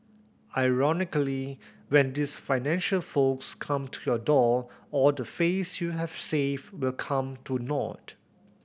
ironically when these financial folks come to your door all the face you have saved will come to naught